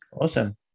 Awesome